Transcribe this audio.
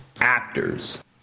actors